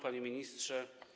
Panie Ministrze!